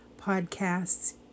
podcasts